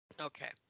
Okay